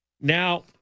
Now